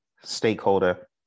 stakeholder